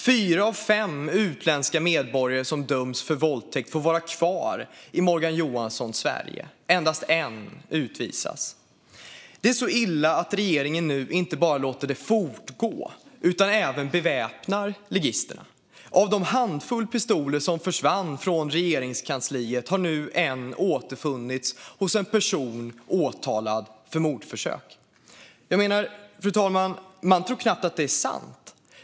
Fyra av fem utländska medborgare som döms för våldtäkt får vara kvar i Morgan Johanssons Sverige. Endast en utvisas. Det är så illa att regeringen nu inte bara låter detta fortgå utan även beväpnar ligisterna. Av den handfull pistoler som försvann från Regeringskansliet har nu en återfunnits hos en person åtalad för mordförsök. Fru talman! Man tror knappt att det är sant!